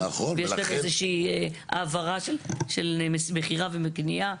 ויש כאן איזושהי העברה של מכירה וקנייה,